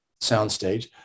soundstage